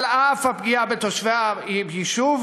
על אף הפגיעה בתושבי היישוב,